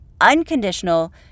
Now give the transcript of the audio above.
unconditional